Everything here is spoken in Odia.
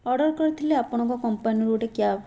ଅର୍ଡ଼ର କରିଥିଲି ଆପଣଙ୍କ କମ୍ପାନୀରୁ ଗୋଟେ କ୍ୟାବ୍